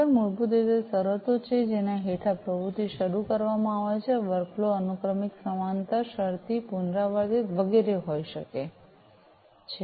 trigger મૂળભૂત રીતે તે શરતો છે કે જેના હેઠળ પ્રવૃત્તિ શરૂ કરવામાં આવે છે વર્કફ્લો અનુક્રમિક સમાંતર શરતી પુનરાવર્તિત વગેરે હોઈ શકે છે